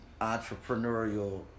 entrepreneurial